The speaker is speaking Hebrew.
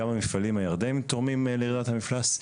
גם המפעלים הירדנים תורמים לירידת המפלס,